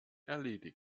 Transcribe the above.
erledigen